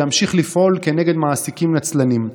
וימשיך לפעול נגד מעסיקים נצלנים.